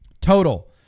Total